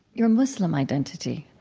your muslim identity.